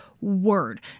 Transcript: word